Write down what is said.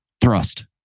Thrust